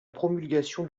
promulgation